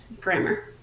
grammar